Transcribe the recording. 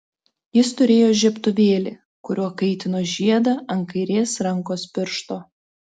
jis turėjo žiebtuvėlį kuriuo kaitino žiedą ant kairės rankos piršto